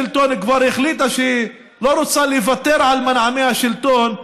אם מפלגת השלטון כבר החליטה שהיא לא רוצה לוותר על מנעמי השלטון,